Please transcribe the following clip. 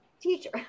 teacher